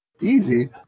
Easy